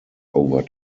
over